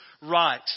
right